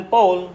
Paul